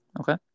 Okay